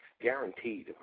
guaranteed